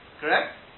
Correct